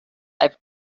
i’ve